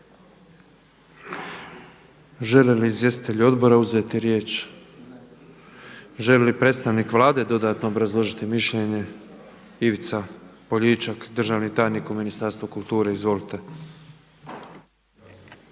Žele li izvjestitelji odbora uzeti riječ? Želi li predstavnik Vlade dodatno obrazložiti mišljenje? Ivica Poljičak, državni tajnik u Ministarstvu kulture, izvolite.